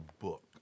book